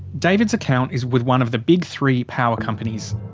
david's account is with one of the big three power companies.